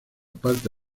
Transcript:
parte